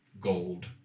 gold